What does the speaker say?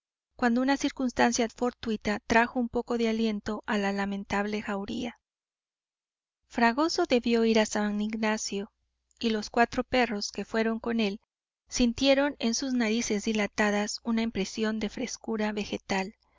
cuando una circunstancia fortuita trajo un poco de aliento a la lamentable jauría fragoso debió ir a san ignacio y los cuatro perros que fueron con él sintieron en sus narices dilatadas una impresión de frescura